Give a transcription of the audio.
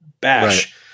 bash